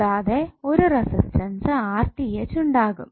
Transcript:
കൂടാതെ ഒരു റെസിസ്റ്റൻസ് ഉണ്ടാകും